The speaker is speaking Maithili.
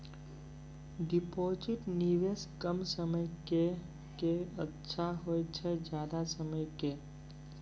डिपॉजिट निवेश कम समय के के अच्छा होय छै ज्यादा समय के?